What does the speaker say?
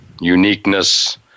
uniqueness